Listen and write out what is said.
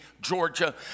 Georgia